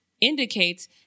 indicates